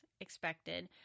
expected